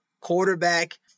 quarterback